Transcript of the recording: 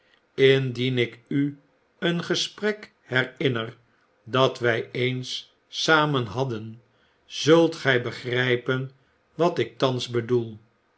indien ik u een gesprek herinner dat wy eens samen hadden zult gy begrijpen wat ik thans bedoel